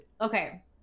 okay